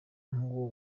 nk’uwo